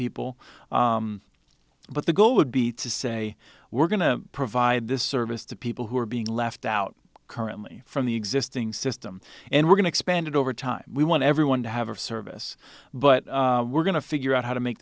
people but the goal would be to say we're going to provide this service to people who are being left out currently from the existing system and we're going to expand it over time we want everyone to have a service but we're going to figure out how to make